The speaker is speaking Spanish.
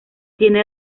tiene